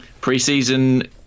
pre-season